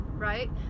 Right